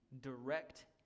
direct